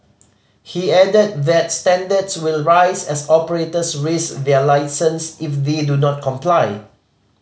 he added that standards will rise as operators risk their licence if they do not comply